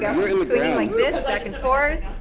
go. swinging like this, back and forth,